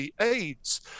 aids